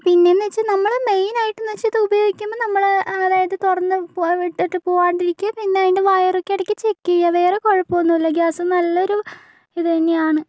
പിന്നെന്ന് വെച്ചാൽ നമ്മള് മെയിനായിട്ട്ന്നു വെച്ചാൽ ഇതുപയോഗിക്കുമ്പോൾ നമ്മള് അതായത് തുറന്ന് ഇട്ടിട്ട് പോവാണ്ടിരിക്കുക പിന്നെ അതിൻ്റെ വയറൊക്കെ ഇടക്ക് ചെക്കുചെയ്യുക വേറെ കുഴപ്പമൊന്നുമില്ല ഗ്യാസ് നല്ലൊരു ഇതുതന്നെയാണ്